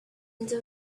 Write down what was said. into